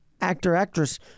actor-actress